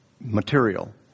material